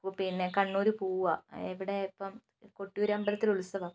പിന്നെ കണ്ണൂർ പോവുകയാണ് എവിടെ ഇപ്പം കൊട്ടിയൂർ അമ്പലത്തിൽ ഉത്സവമാണ്